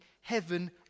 heaven